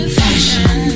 fashion